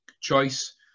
choice